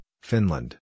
Finland